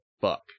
fuck